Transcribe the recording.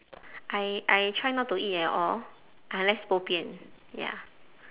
I I try not to eat at all unless bo bian ya